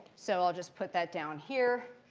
so i'll just put that down here.